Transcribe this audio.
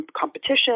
competition